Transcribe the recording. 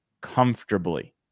comfortably